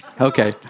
Okay